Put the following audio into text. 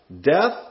death